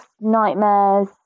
nightmares